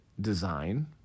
design